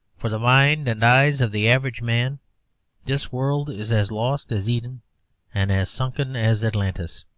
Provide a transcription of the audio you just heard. for the mind and eyes of the average man this world is as lost as eden and as sunken as atlantis.